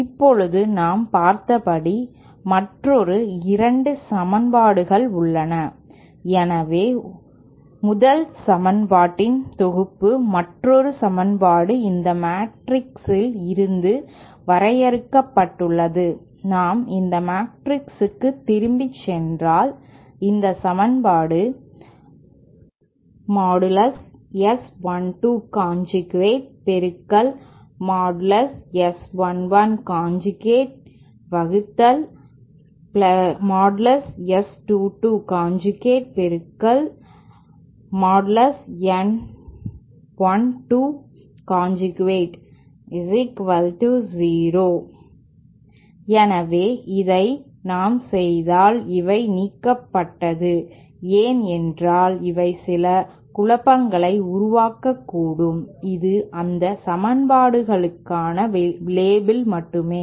இப்போது நாம் பார்த்தபடி மற்றொரு 2 சமன்பாடுகள் உள்ளன எனவே 1 சமன்பாட்டின் தொகுப்பு மற்றொரு சமன்பாடு இந்த மேட்ரில் இருந்து வரையறுக்கப்பட்டுள்ளது நாம் இந்த மேட்ரிக்ஸுக்குத் திரும்பிச் சென்றால் இந்த சமன்பாடு எனவே இதை சமன் செய்தால் இவை நீக்கப்பட்டது ஏன் என்றால் இவை சில குழப்பங்களை உருவாக்கக்கூடும் இது அந்த சமன்பாடுகளுக்கான லேபிள் மட்டுமே